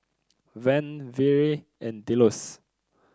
Van Vere and Delos